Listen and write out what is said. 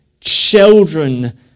children